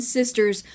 sisters